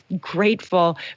grateful